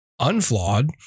unflawed